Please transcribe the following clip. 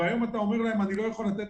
והיום אתה אומר להם: אני לא יכול לתת